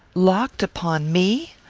locked upon me!